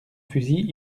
fusil